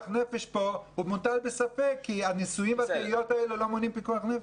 נפש כאן מוטל בספק כי הניסוי והטעייה לא מונע פיקוח נפש.